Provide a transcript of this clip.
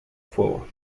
fuego